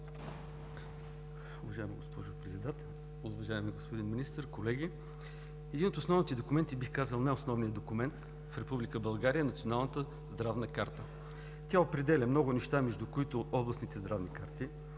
Уважаема госпожо Председател, уважаеми господин Министър, колеги! Един от основните документи, бих казал най-основният документ в Република България, е Националната здравна карта. Тя определя много неща, между които областните здравни карти,